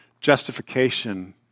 justification